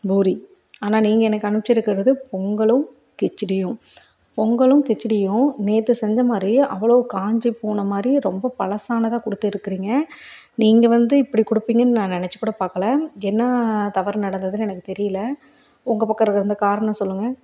பூரி ஆனால் நீங்கள் எனக்கு அனுச்சுருக்கறது பொங்கலும் கிச்சடியும் பொங்கலும் கிச்சடியும் நேற்று செஞ்ச மாதிரி அவ்வளோ காஞ்சு போன மாதிரி ரொம்ப பழசானதா கொடுத்திருக்கிறீங்க நீங்கள் வந்து இப்படி கொடுப்பீங்கன்னு நான் நெனச்சு கூட பார்க்கல என்ன தவறு நடந்ததுன்னு எனக்கு தெரியிலை உங்கள் பக்கம் இருக்கற அந்த காரணம் சொல்லுங்க